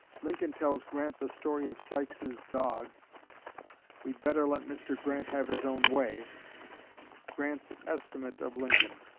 lincoln tells grant the story of sykes's dog we'd better let mr. grant have his own way grant's estimate of lincoln.